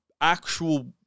actual